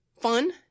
fun